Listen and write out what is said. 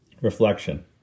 Reflection